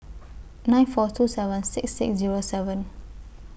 nine four two seven six six Zero seven